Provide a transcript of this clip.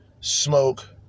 smoke